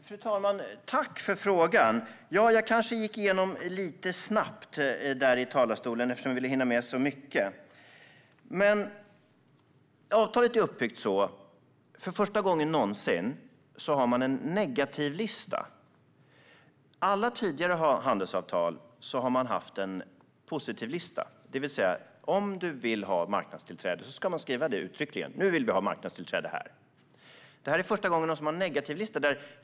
Fru talman! Tack, för frågan! Jag kanske gjorde en lite snabb genomgång i talarstolen eftersom jag ville hinna med så mycket. Avtalet är uppbyggt så att man för första gången någonsin har en negativlista. I alla tidigare handelsavtal har det funnits en positivlista, det vill säga att om man vill ha marknadstillträde ska man uttryckligen skriva det. Det här är det första avtalet där det finns en negativlista.